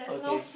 okay